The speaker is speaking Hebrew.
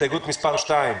הסתייגות מס' 2: